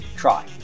try